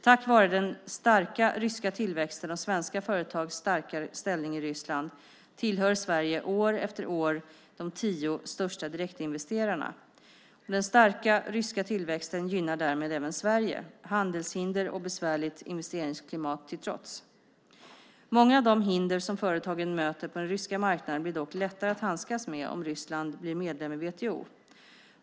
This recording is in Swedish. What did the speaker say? Tack vare den starka ryska tillväxten och svenska företags starka ställning i Ryssland tillhör Sverige år efter år de tio största direktinvesterarna. Den starka ryska tillväxten gynnar därmed även Sverige - handelshinder och besvärligt investeringsklimat till trots. Många av de hinder som företagen möter på den ryska marknaden blir dock lättare att handskas med om Ryssland blir medlem i WTO.